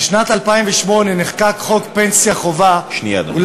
בשנת 2008 נחקק חוק פנסיה חובה, שנייה, אדוני.